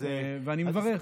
ואני מברך.